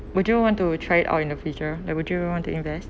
would you want to try out in the future or would you want to invest